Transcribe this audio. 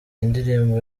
ndirimbo